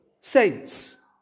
saints